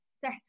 set